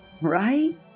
right